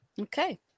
Okay